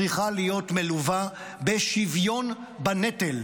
צריכה להיות מלווה בשוויון בנטל.